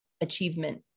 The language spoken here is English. achievement